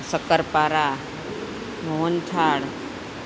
શક્કરપારા mohanthal